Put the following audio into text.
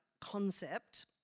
concept